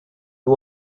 you